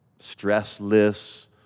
stressless